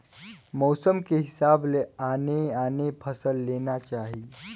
मउसम के हिसाब ले आने आने फसल लेना चाही